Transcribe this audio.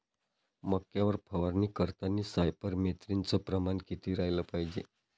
मक्यावर फवारनी करतांनी सायफर मेथ्रीनचं प्रमान किती रायलं पायजे?